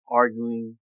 arguing